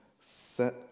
set